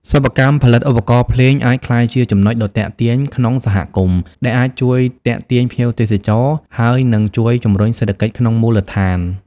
សិប្បកម្មផលិតឧបករណ៍ភ្លេងអាចក្លាយជាចំណុចដ៏ទាក់ទាញក្នុងសហគមន៍ ដែលអាចជួយទាក់ទាញភ្ញៀវទេសចរណ៍ ហើយនឹងជួយជំរុញសេដ្ឋកិច្ចក្នុងមូលដ្ឋាន។